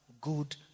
good